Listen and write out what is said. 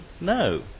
No